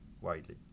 widely